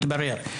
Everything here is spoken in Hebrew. מתברר.